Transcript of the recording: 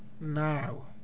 now